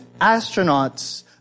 astronauts